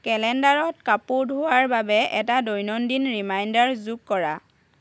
কেলেণ্ডাৰত কাপোৰ ধোৱাৰ বাবে এটা দৈনন্দিন ৰিমাইণ্ডাৰ যোগ কৰা